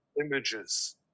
images